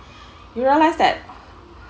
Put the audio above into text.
you realize that